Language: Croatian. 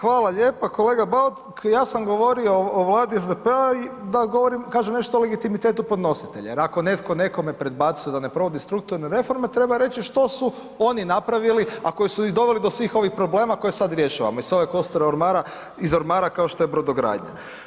Hvala lijepa, kolega Bauk ja sam govorio o vladi o SDP-a i da govorim, kažem nešto o legitimitetu podnositelja, jer ako netko nekome predbacuje da ne provodit strukturne reforme treba reći što su oni napravili, a koji su i doveli do svih ovih problema koje sad rješavamo i sve ove kosture ormara, iz ormara kao što je brodogradnja.